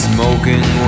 Smoking